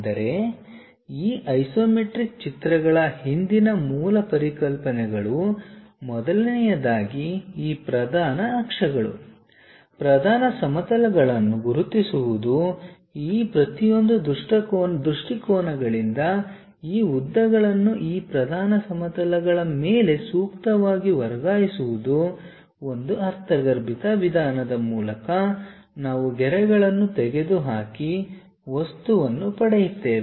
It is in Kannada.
ಆದರೆ ಈ ಐಸೊಮೆಟ್ರಿಕ್ ಚಿತ್ರಗಳ ಹಿಂದಿನ ಮೂಲ ಪರಿಕಲ್ಪನೆಗಳು ಮೊದಲನೆಯದಾಗಿ ಈ ಪ್ರಧಾನ ಅಕ್ಷಗಳು ಪ್ರಧಾನ ಸಮತಲಗಳನ್ನು ಗುರುತಿಸುವುದು ಈ ಪ್ರತಿಯೊಂದು ದೃಷ್ಟಿಕೋನಗಳಿಂದ ಈ ಉದ್ದಗಳನ್ನು ಈ ಪ್ರಧಾನ ಸಮತಲಗಳ ಮೇಲೆ ಸೂಕ್ತವಾಗಿ ವರ್ಗಾಯಿಸುವುದು ಒಂದು ಅರ್ಥಗರ್ಭಿತ ವಿಧಾನದ ಮೂಲಕ ನಾವು ಗೆರೆಗಳನ್ನು ತೆಗೆದುಹಾಕಿ ವಸ್ತುವನ್ನು ಪಡೆಯುತ್ತೇವೆ